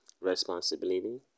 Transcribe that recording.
responsibility